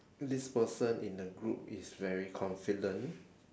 this person in the group is very confident